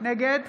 נגד